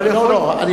אבל יכול להיות,